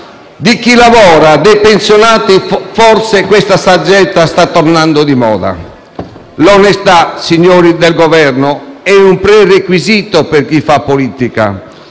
di chi lavora, dei pensionati, forse sta tornando di moda. L'onestà, signori del Governo, è un prerequisito per chi fa politica.